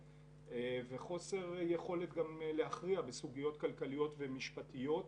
וחוסר יכולת גם להכריע בסוגיות כלכליות ומשפטיות.